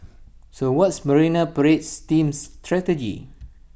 so what's marine parade team's strategy